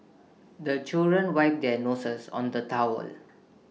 the children wipe their noses on the towel